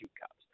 cups